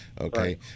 okay